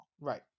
Right